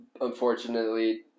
Unfortunately